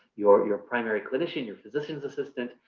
your your primary clinician, your physician's assistant,